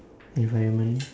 environment